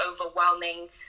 overwhelming